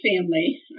family